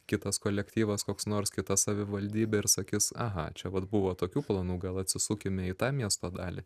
kitas kolektyvas koks nors kita savivaldybė ir sakys aha čia vat buvo tokių planų gal atsisukime į tą miesto dalį